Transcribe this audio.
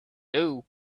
two